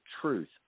truth